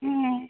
হ্যাঁ